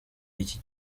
iki